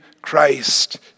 Christ